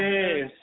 Yes